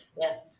Yes